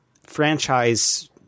franchise